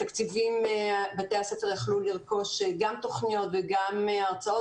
בתקציבים בתי הספר יכלו לרכוש גם תכניות וגם הרצאות